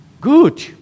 Good